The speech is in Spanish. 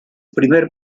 primer